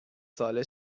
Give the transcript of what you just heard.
ساله